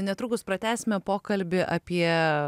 netrukus pratęsime pokalbį apie